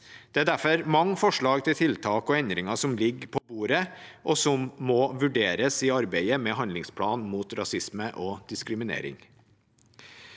Det er derfor mange forslag til tiltak og endringer som ligger på bordet, og som må vurderes i arbeidet med handlingsplanen mot rasisme og diskriminering.